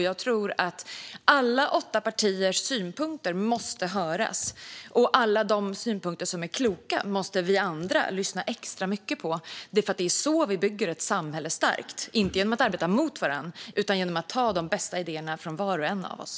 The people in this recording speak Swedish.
Jag tror att alla åtta partiers synpunkter måste höras, och vi andra måste lyssna extra mycket på alla de synpunkter som är kloka. Det är så vi bygger ett samhälle starkt. Det gör vi inte genom att arbeta mot varandra utan genom att ta de bästa idéerna från var och en av oss.